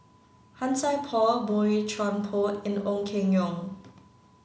Han Sai Por Boey Chuan Poh and Ong Keng Yong